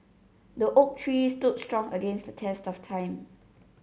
the oak tree stood strong against the test of time